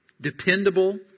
Dependable